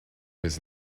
his